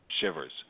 shivers